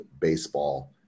Baseball